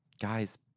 guys